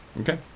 Okay